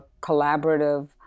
collaborative